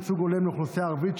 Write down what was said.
ייצוג הולם לאוכלוסייה הערבית),